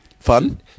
Fun